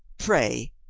pray,